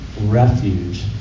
refuge